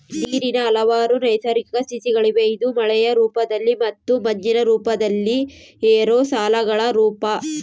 ನೀರಿನ ಹಲವಾರು ನೈಸರ್ಗಿಕ ಸ್ಥಿತಿಗಳಿವೆ ಇದು ಮಳೆಯ ರೂಪದಲ್ಲಿ ಮತ್ತು ಮಂಜಿನ ರೂಪದಲ್ಲಿ ಏರೋಸಾಲ್ಗಳ ರೂಪ